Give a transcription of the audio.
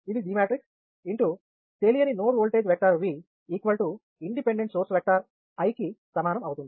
ఇది G matrix తెలియని node voltage vector independent source vector కి సమానం అవుతుంది